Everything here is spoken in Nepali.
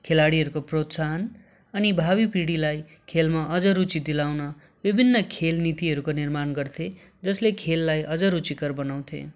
खेलाडीहरूको प्रोत्साहन अनि भावी पिँढीलाई खेलमा अझ रुचि दिलाउन विभिन्न खेल नीतिहरूको निर्माण गर्थेँ जसले खेललाई अझ रुचिकर बनाउँथे